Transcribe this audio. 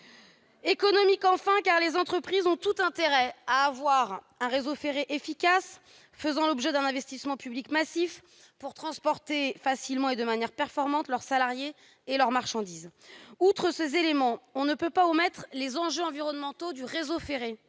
économique, enfin, car les entreprises ont tout intérêt à avoir un réseau ferré efficace, faisant l'objet d'un investissement public massif, pour transporter facilement et de manière performante leurs salariés et leurs marchandises. Outre ces éléments, on ne peut omettre les enjeux environnementaux du réseau ferré.